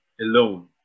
alone